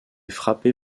frappé